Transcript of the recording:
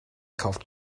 kauft